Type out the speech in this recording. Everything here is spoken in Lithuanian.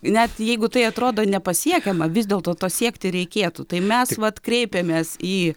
net jeigu tai atrodo nepasiekiama vis dėlto to siekti reikėtų tai mes vat kreipiamės į